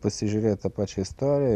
pasižiūrėt tą pačią istoriją